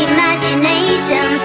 Imagination